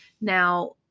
Now